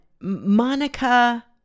Monica